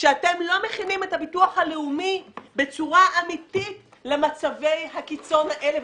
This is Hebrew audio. כי אתם לא מכינים את הביטוח הלאומי בצורה אמיתית למצבי הקיצון האלה.